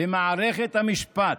במערכת המשפט.